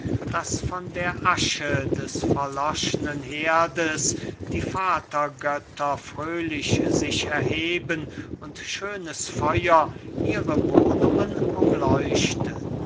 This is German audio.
daß von der asche des verloschnen herdes die vatergötter fröhlich sich erheben und schönes feuer ihre wohnungen umleuchte